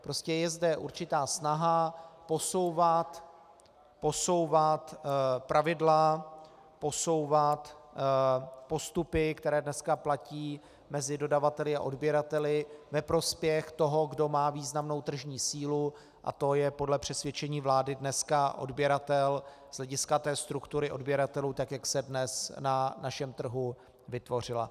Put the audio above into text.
Prostě je zde určitá snaha posouvat pravidla, posouvat postupy, které dneska platí mezi dodavateli a odběrateli, ve prospěch toho, kdo má významnou tržní sílu, a to je podle přesvědčení vlády dneska odběratel z hlediska struktury odběratelů, tak jak se dnes na našem trhu vytvořila.